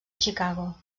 chicago